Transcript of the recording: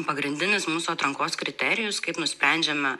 pagrindinis mūsų atrankos kriterijus kaip nusprendžiame